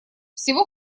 всего